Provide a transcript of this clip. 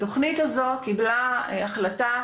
התכנית הזאת קיבלה החלטה,